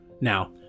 Now